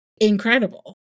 incredible